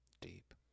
Deep